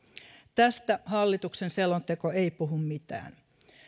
tästä hallituksen selonteko ei puhu mitään